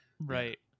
Right